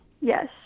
yes